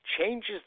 changes